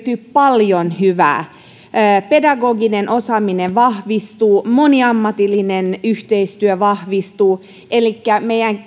paljon hyvää pedagoginen osaaminen vahvistuu moniammatillinen yhteistyö vahvistuu elikkä meidän